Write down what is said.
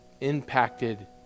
impacted